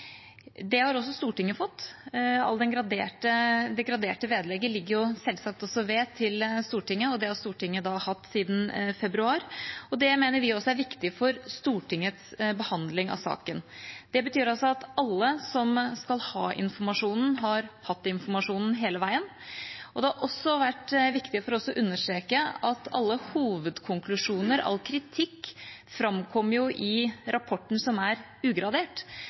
Det har også Stortinget fått, og det graderte vedlegget ligger selvsagt også ved til Stortinget. Det har Stortinget hatt siden februar, og det mener vi også er viktig for Stortingets behandling av saken. Det betyr altså at alle som skal ha informasjonen, har hatt informasjonen hele veien. Det har også vært viktig for oss å understreke at alle hovedkonklusjoner, all kritikk, framkom i rapporten som er ugradert,